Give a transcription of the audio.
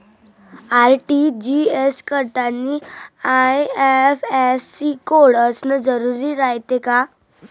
RTGS करतांनी IFSC code असन जरुरी रायते का?